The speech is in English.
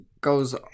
goes